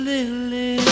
Lily